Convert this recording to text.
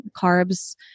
carbs